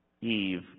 Eve